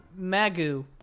Magoo